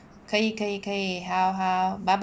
可以可以可以好好 bye bye